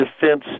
defense